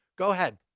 go ahead.